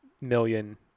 million